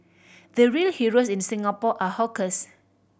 the real heroes in Singapore are hawkers